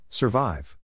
Survive